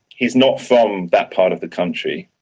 he is not from that part of the country,